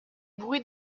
bruits